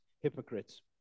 hypocrites